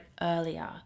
earlier